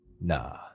nah